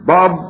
Bob